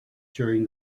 during